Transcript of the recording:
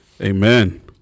Amen